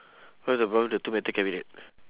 what's the problem with the two metal cabinet